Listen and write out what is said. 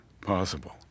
possible